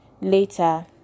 Later